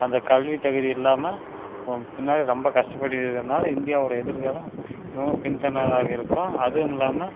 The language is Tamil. அந்த கல்வி தகுதி இல்லாமல் ஓம் பின்னாடி ரொம்ப கஷ்டப்பட்டு இருக்கிறதுனால இந்தியாவோடய எதிர்காலம் ரொம்ப பின்தன்னதாக இருக்கும் அதும் இல்லாமல்